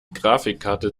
grafikkarte